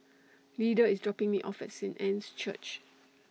Leda IS dropping Me off At Saint Anne's Church